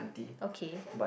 ok